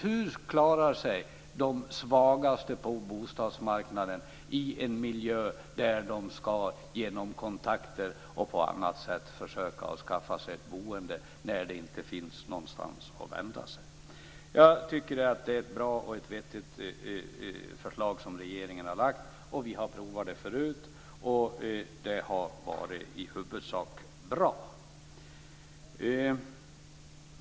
Hur klarar sig de svagaste på bostadsmarknaden där de med hjälp av kontakter och på annat sätt ska försöka skaffa sig ett boende? Jag tycker att det är ett bra och vettigt förslag som regeringen har lagt fram. Vi har provat det förut, och det har i huvudsak varit bra.